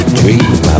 dream